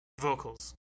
vocals